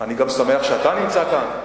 אני גם שמח שאתה נמצא כאן.